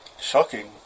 Shocking